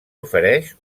ofereix